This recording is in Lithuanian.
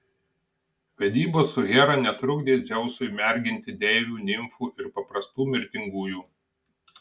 vedybos su hera netrukdė dzeusui merginti deivių nimfų ir paprastų mirtingųjų